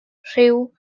rhyw